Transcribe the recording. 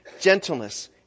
gentleness